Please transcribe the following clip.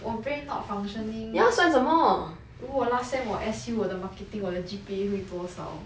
我 brain not functioning 如果我 last sem 我 S_U 我的 marketing 我的 G_P_A 会多少